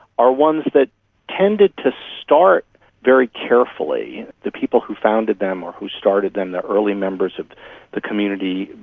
are ones that tended to start very carefully. the people who founded them or who started them, the early members of the community,